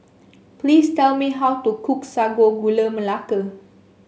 please tell me how to cook Sago Gula Melaka